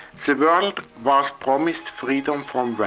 the world was promised freedom from